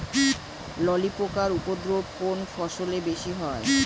ললি পোকার উপদ্রব কোন ফসলে বেশি হয়?